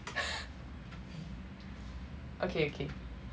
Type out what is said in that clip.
okay okay